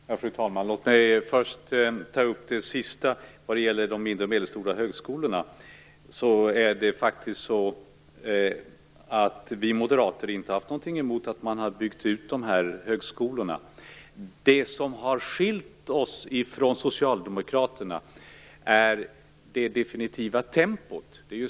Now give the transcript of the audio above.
Fru talman! Låt mig först ta upp det sista om de mindre och medelstora högskolorna. Vi moderater har inte haft någonting emot att man har byggt ut dessa högskolor. Det som har skilt oss från socialdemokraterna är det definitiva tempot.